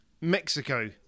mexico